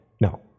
no